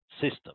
system